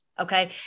okay